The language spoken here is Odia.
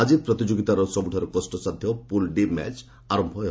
ଆଜି ପ୍ରତିଯୋଗିତାର ସବୁଠାରୁ କଷ୍ଟସାଧ୍ଧ ପୁଲ୍ ଡି ମ୍ୟାଚ୍ ଆର ହେବ